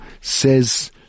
says